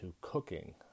cooking